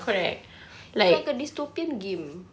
it's like a dystopian game